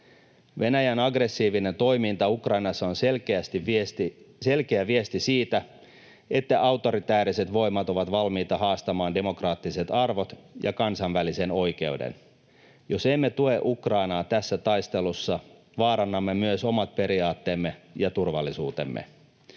Venäjän aggressiivinen toiminta Ukrainassa on selkeä viesti siitä, että autoritääriset voimat ovat valmiita haastamaan demokraattiset arvot ja kansainvälisen oikeuden. Jos emme tue Ukrainaa tässä taistelussa, vaarannamme myös omat periaatteemme ja turvallisuutemme.